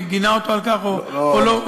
גינה אותו על כך או לא,